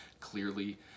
clearly